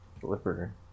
Flipper